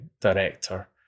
director